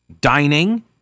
dining